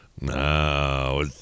No